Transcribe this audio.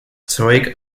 zeug